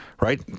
right